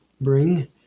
bring